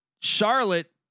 Charlotte